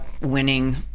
winning